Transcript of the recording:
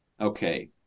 okay